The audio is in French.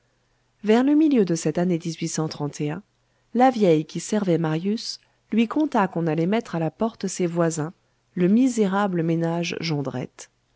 vers le milieu de cette année la vieille qui servait marius lui conta qu'on allait mettre à la porte ses voisins le misérable ménage